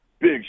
big